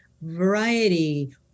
variety